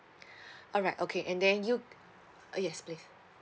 alright okay and then you uh yes please